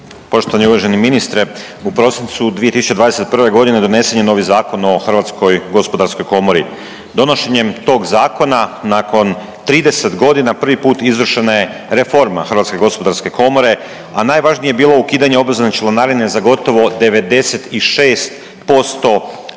Poštovani i uvaženi ministre u prosincu 2021. godine donesen je novi Zakon o Hrvatskoj gospodarskoj komori. Donošenjem tog zakona nakon 30 godina prvi put izvršena je reforma Hrvatske gospodarske komore, a najvažnije je bilo ukidanje obvezne članarine za gotovo 96% poduzetnika